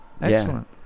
Excellent